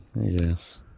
Yes